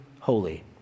holy